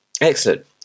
excellent